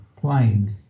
planes